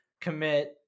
commit